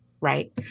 right